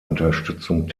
unterstützung